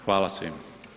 Hvala svima.